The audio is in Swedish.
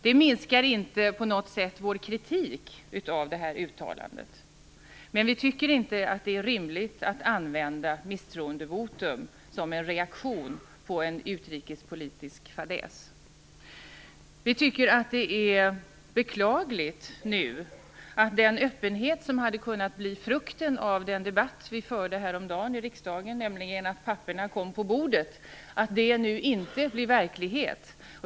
Det minskar inte på något sätt vår kritik av det här uttalandet, men vi tycker inte att det är rimligt att använda misstroendevotum som en reaktion på en utrikespolitisk fadäs. Vi tycker att det är beklagligt att den öppenhet som hade kunnat bli frukten av den debatt vi förde häromdagen i riksdagen, nämligen att papperna kom på bordet, inte blir verklighet.